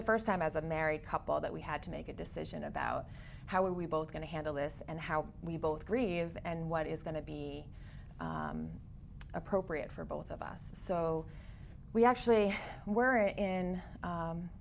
the first time as a married couple that we had to make a decision about how we're both going to handle this and how we both grieve and what is going to be appropriate for both of us so we actually were in